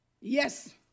yes